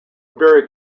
berry